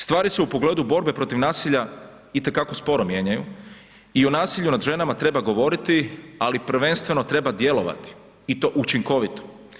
Stvari se u pogledu borbe protiv nasilja itekako sporo mijenjaju i o nasilju nad ženama treba govoriti, ali prvenstveno treba djelovati i to učinkovito.